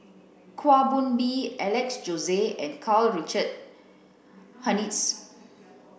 Kwa Soon Bee Alex Josey and Karl Richard Hanitsch